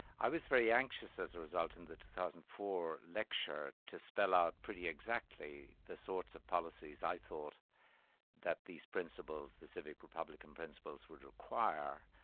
i was very anxious as a result in the two thousand and four lecture to spell out pretty exactly the sorts of policies i thought that these principles, the civic republican principles, would require.